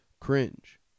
cringe